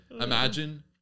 imagine